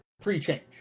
pre-change